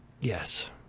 Yes